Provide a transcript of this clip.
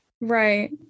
Right